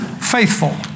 faithful